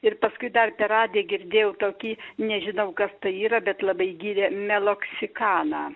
ir paskui dar per radiją girdėjau tokį nežinau kas tai yra bet labai gyrė meloksikaną